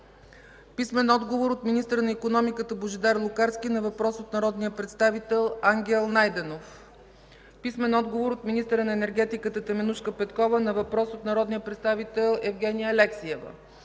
получи отговорите; - министъра на икономиката Божидар Лукарски на въпрос от народния представител Ангел Найденов; - министъра на енергетиката Теменужка Петрова на въпрос от народния представител Евгения Алексиева;